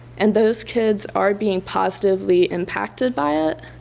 and those kids are being positively impacted by it,